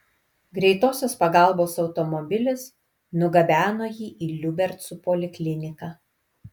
greitosios pagalbos automobilis nugabeno jį į liubercų polikliniką